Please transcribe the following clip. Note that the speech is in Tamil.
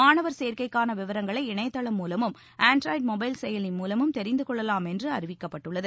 மாணவர் சேர்க்கைக்கான விவரங்களை இணையதளம் மூலமும் ஆன்ட்ராய்டு மொபைல் செயலி மூலமும் தெரிந்து கொள்ளலாம் என்று அறிவிக்கப்பட்டுள்ளது